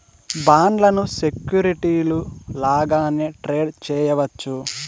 బాండ్లను సెక్యూరిటీలు లాగానే ట్రేడ్ చేయవచ్చు